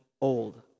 old